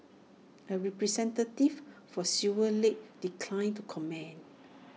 A representative for silver lake declined to comment